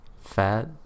fat